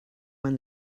when